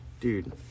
dude